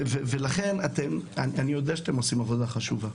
אני יודע שאתם עושים עבודה חשובה.